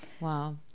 Wow